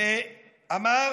ואמר